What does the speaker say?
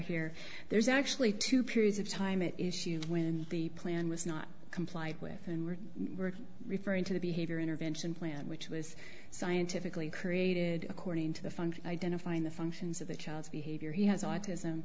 here there's actually two periods of time it is shoot when the plan was not complied with and we were referring to the behavior intervention plan which was scientifically created according to the found identifying the functions of the child's behavior he has autism